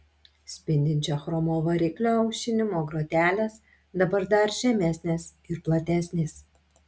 spindinčio chromo variklio aušinimo grotelės dabar dar žemesnės ir platesnės